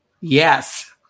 Yes